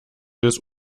des